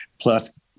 plus